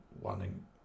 wanting